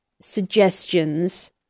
suggestions